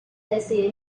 decide